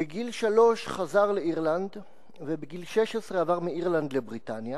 בגיל שלוש חזר לאירלנד ובגיל 16 עבר מאירלנד לבריטניה.